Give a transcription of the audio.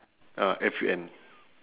uh F U N